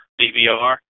DVR